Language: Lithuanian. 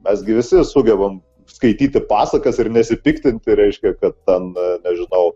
mes gi visi sugebam skaityti pasakas ir nesipiktinti reiškia kad ten nežinau